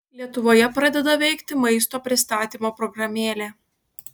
lietuvoje pradeda veikti maisto pristatymo programėlė